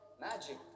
magic